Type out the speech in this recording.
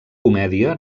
comèdia